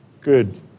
Good